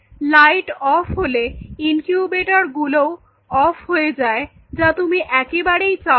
light off হলে incubator গুলোও off হয়ে যায় যা তুমি একেবারেই চাওনা